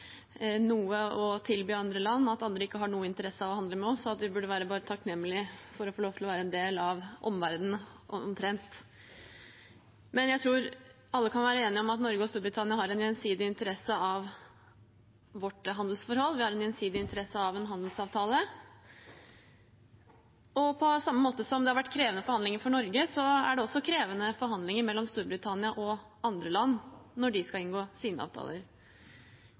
noe å tilby andre land, at andre ikke har noen interesse av å handle med oss, og at vi bare burde være takknemlige for å få lov til å være en del av omverdenen, omtrent. Men jeg tror alle kan være enige om at Norge og Storbritannia har en gjensidig interesse av vårt handelsforhold. Vi har en gjensidig interesse av en handelsavtale. På samme måte som det har vært krevende forhandlinger for Norge, er det også krevende forhandlinger mellom Storbritannia og andre land når de skal inngå sine avtaler.